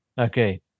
Okay